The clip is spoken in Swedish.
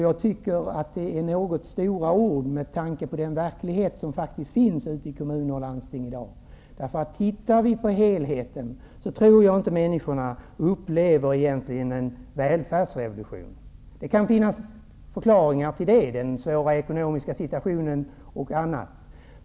Jag tycker att detta är något för stora ord med tanke på den verklighet som i dag föreligger ute i kommuner och landsting. Om man ser till helheten, tror jag inte att människorna egentligen upplever en välfärdsrevolution. Det kan finnas förklaringar till detta, t.ex. den svåra ekonomiska situationen.